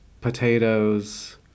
potatoes